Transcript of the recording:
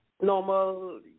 normal